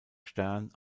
stern